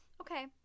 Okay